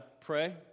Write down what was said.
pray